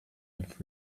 with